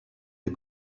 des